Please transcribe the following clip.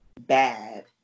bad